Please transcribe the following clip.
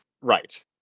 Right